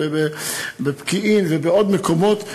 בפקיעין ובעוד מקומות,